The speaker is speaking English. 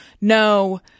no